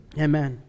Amen